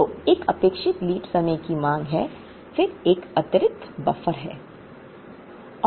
तो एक अपेक्षित लीड समय की मांग है फिर एक अतिरिक्त बफर है